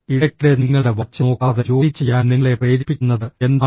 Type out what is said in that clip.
ഇടയ്ക്കിടെ നിങ്ങളുടെ വാച്ച് നോക്കാതെ ജോലി ചെയ്യാൻ നിങ്ങളെ പ്രേരിപ്പിക്കുന്നത് എന്താണ്